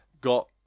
got